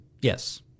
Yes